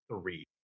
Three